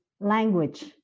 language